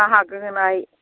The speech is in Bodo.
बाहागो होनाय